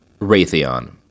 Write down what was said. Raytheon